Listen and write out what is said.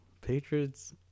Patriots